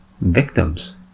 victims